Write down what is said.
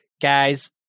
Guys